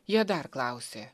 jie dar klausė